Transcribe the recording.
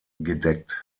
gedeckt